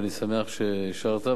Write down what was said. ואני שמח שאישרת,